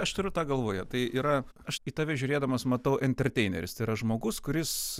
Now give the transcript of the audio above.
aš turiu tą galvoje tai yra aš į tave žiūrėdamas matau enterteineris tai yra žmogus kuris